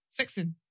Sexing